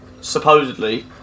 supposedly